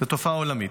זו תופעה עולמית.